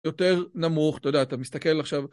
יותר נמוך, אתה יודע, אתה מסתכל עכשיו.